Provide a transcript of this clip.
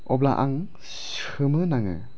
अब्ला आं सोमोनाङो